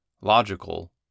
logical